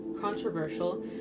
controversial